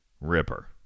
Ripper